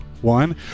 one